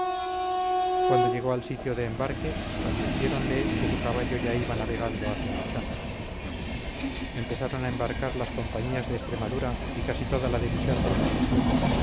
cuando llegó al sitio de embarque advirtiéronle que su caballo ya iba navegando hacia luchana empezaron a embarcar las compañías de extremadura y casi toda la división de